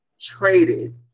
traded